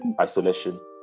isolation